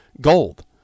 gold